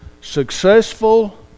successful